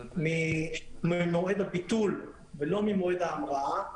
ההבדל בין מועד הביטול למועד ההמראה.